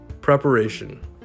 Preparation